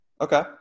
Okay